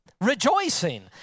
rejoicing